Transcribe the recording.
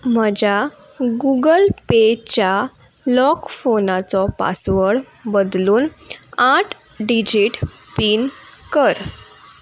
म्हज्या गुगल पेच्या लॉक फोनाचो पासवर्ड बदलून आठ डिजीट पीन कर